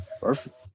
Perfect